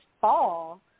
fall